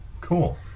Cool